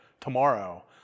tomorrow